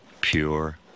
Pure